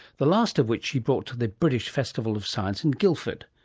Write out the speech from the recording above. the last of which she brought to the british festival of science in guildford,